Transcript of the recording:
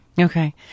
Okay